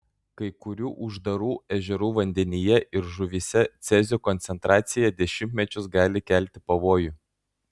kai kurių uždarų ežerų vandenyje ir žuvyse cezio koncentracija dešimtmečius gali kelti pavojų